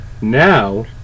Now